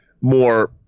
more –